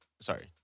Sorry